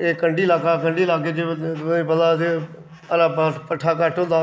एह् कंढी लाह्का कंढी लाह्का तुसें गी पता असें हरा भट्ठा घट्ट होंदा